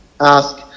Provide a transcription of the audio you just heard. Ask